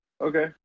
Okay